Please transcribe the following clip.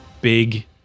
big